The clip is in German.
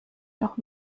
noch